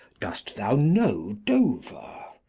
dost thou know dover?